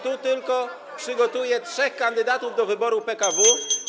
Tu tylko przygotuje trzech kandydatów do wyboru PKW.